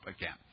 again